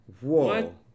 Whoa